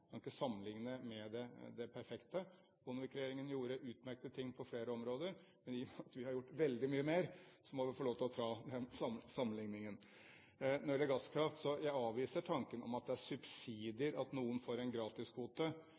kan ikke sammenligne med det perfekte. Bondevik-regjeringen gjorde utmerkede ting på flere områder, men i og med at vi har gjort veldig mye mer, må vi få lov til å ta den sammenligningen. Når det gjelder gasskraft, avviser jeg tanken på at det er subsidier det at noen får en gratiskvote.